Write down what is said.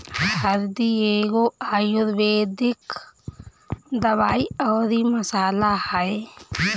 हरदी एगो आयुर्वेदिक दवाई अउरी मसाला हअ